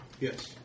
Yes